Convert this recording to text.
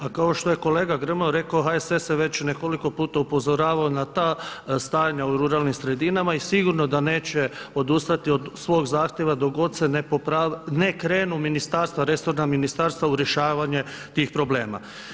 A kao što je kolega Grmoja rekao, HSS je već nekoliko puta upozoravao na ta stanja u ruralnim sredinama i sigurno da neće odustati od svog zahtjeva dok god ne krenu ministarstva, resorna ministarstva u rješavanje tih problema.